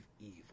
evil